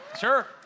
Sure